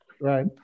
Right